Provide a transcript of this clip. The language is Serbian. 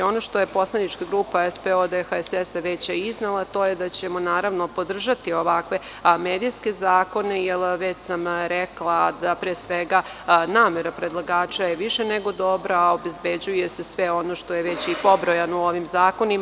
Ono što je poslanička grupa SPO-DHSS već iznela, a to je da ćemo naravno podržati ovakve medijske zakone, jer već sam rekla da pre svega namera predlagača je više nego dobra, a obezbeđuje se sve ono što je već i pobrojano u ovim zakonima.